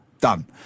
done